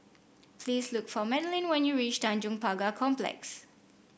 please look for Madaline when you reach Tanjong Pagar Complex